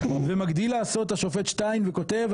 ומגדיל לעשות את השופט שטיין וכותב,